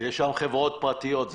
יש שם חברות פרטיות.